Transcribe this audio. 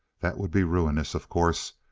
that would be ruinous, of course.